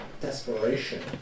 desperation